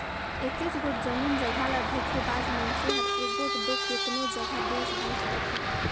एकेच गोट जमीन जगहा ल धोखेबाज मइनसे हर एगोट दो केतनो जगहा बेंच बांएच देथे